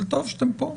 אבל טוב שאתם פה.